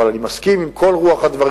אבל, אני מסכים עם כל רוח הדברים: